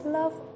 love